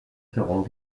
seront